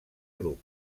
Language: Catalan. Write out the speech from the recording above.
grup